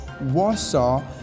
Warsaw